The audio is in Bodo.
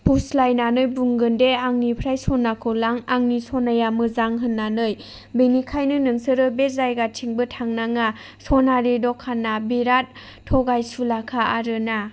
फुस्लायनानै बुंगोन दि आंनिफ्राय सनाखौ लां आंनि सनाया मोजां होननानै बेनिखायनो नोंसोरो बे जायगाथिंबो थांनाङा सनारि दखाना बिराद थगायसुलाखा आरोना